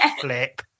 Flip